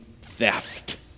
theft